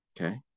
Okay